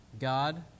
God